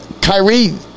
Kyrie